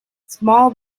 small